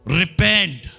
repent